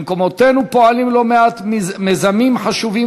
במקומותינו פועלים לא מעט מיזמים חשובים